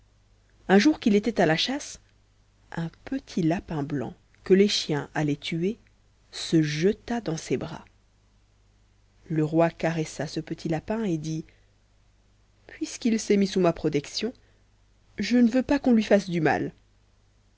un jour qu'il était à la chasse un petit lapin blanc que les chiens allaient tuer se jeta dans ses bras le roi caressa ce petit lapin et dit puisqu'il s'est mis sous ma protection je ne veux pas qu'on lui fasse du mal